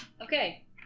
okay